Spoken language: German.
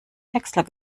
häcksler